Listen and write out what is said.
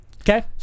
Okay